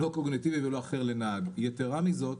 לא קוגניטיבי ולא אחר לנהג; יתרה מזאת,